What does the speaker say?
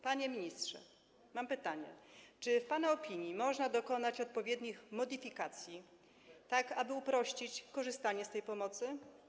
Panie ministrze, mam pytanie: Czy w pana opinii można dokonać odpowiednich modyfikacji, tak aby uprościć korzystanie z tej pomocy?